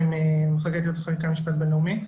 אני ממחלקת ייעוץ וחקיקה משפט בינלאומי.